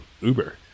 Uber